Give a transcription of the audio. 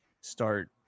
start